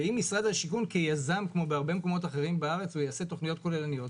ואם משרד השיכון שהוא היזם יעשה תכניות כוללניות,